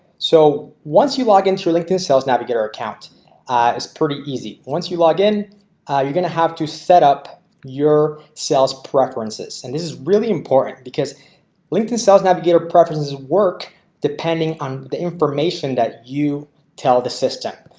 so once you log into your like linkedin sales navigator account is pretty easy. once you log in you're going to have to set up your sales preferences and this is really important because linkedin sales navigator preferences work depending on the information that you tell the system.